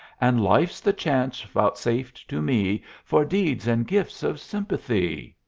and life's the chance vouchsafed to me for deeds and gifts of sympathy?